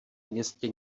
městě